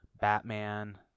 Batman